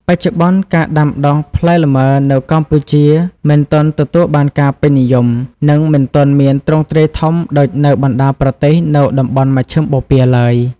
បច្ចុប្បន្ន ការដាំដុះផ្លែលម៉ើនៅកម្ពុជាមិនទាន់ទទួលបានការពេញនិយម និងមិនទាន់មានទ្រង់ទ្រាយធំដូចនៅបណ្ដាប្រទេសនៅតំបន់មជ្ឈិមបូព៌ាឡើយ។